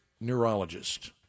neurologist